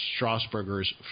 Strasburger's